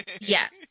Yes